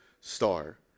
Star